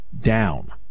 down